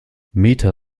meta